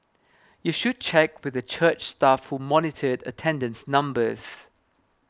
you should check with the church staff who monitored attendance numbers